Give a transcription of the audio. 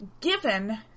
Given